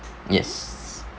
yes